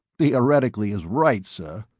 theoretically is right. sir.